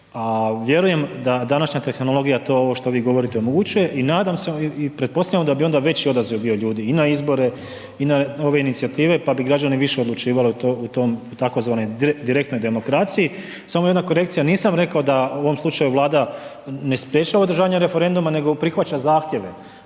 A vjerujem da današnja tehnologija to ovo što vi govorite omogućuje i pretpostavljam da bi onda već odaziv bio ljudi i na izbore i na ove inicijative pa bi građani više odlučivali u tzv. direktnoj demokraciji. Samo jedna korekcija, nisam rekao da u ovom slučaju Vlada ne sprečava održavanje referenduma nego prihvaća zahtjeve,